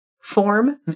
form